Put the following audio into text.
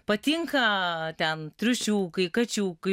patinka ten triušiukai kačiukai